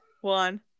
one